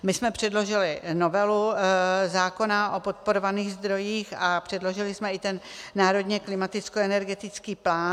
My jsme předložili novelu zákona o podporovaných zdrojích a předložili jsme i ten Národní klimatickoenergetický plán.